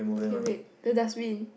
okay wait the dustbin